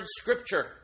scripture